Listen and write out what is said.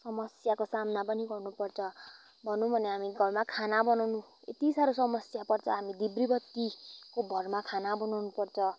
समस्याको सामना पनि गर्नु पर्छ भनौँ भने हामी घरमा खाना बनाउनु यति साह्रो समस्या पर्छ हामी धिब्री बत्तिको भरमा खाना बनाउनु पर्छ